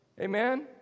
Amen